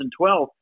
2012